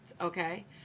Okay